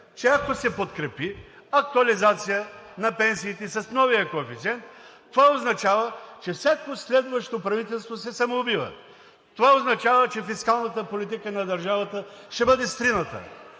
че ако се подкрепи актуализацията на пенсиите с нулевия коефициент, това означава, че всяко следващо правителство се самоубива. Това означава, че фискалната политика на държавата ще бъде срината.